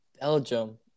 Belgium